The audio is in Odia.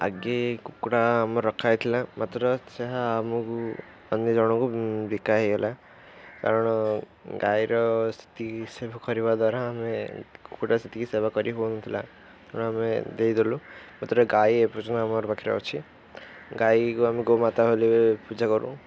ଆଗେ କୁକୁଡ଼ା ଆମ ରଖା ହେଇଥିଲା ମାତ୍ର ସେହା ଆମକୁ ଅନ୍ୟ ଜଣଙ୍କୁ ବିକା ହେଇଗଲା କାରଣ ଗାଈର ସେତିକି ସେବା କରିବା ଦ୍ୱାରା ଆମେ କୁକୁଡ଼ା ସେତିକି ସେବା କରି ହେଉନଥିଲା ତେଣୁ ଆମେ ଦେଇ ଦେଲୁ ମାତ୍ର ଗାଈ ଏପର୍ଯ୍ୟନ୍ତ ଆମ ପାଖରେ ଅଛି ଗାଈକୁ ଆମେ ଗୋମାତା ଭଲି ପୂଜା କରୁ